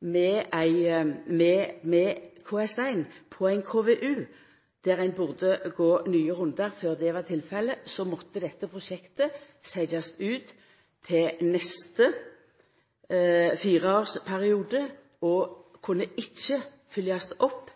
med KS1 på ein KVU – der ein burde gå nye rundar før det var tilfellet – så måtte dette prosjektet ha vorte utsett til neste fireårsperiode og kunne ikkje følgjast opp